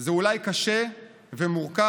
זה אולי קשה ומורכב,